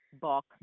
book